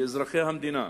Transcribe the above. לאזרחי המדינה,